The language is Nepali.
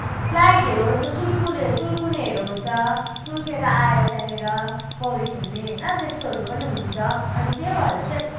स्लाइडहरू यस्तो सुल्कुले सुल्कुनेहरू हुन्छ सुल्केएर आएर त्यहाँनिर पौडी खेल्ने होइन त्यस्तोहरू पनि हुन्छ अनि त्यही भएर चाहिँ